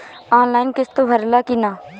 Online किस्त भराला कि ना?